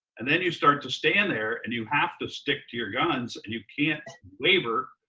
and then you start to stand there and you have to stick to your guns and you can't waver.